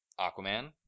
Aquaman